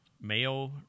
Mayo